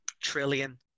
trillion